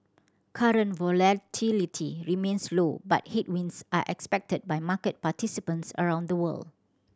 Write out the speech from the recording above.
current volatility remains low but headwinds are expected by market participants around the world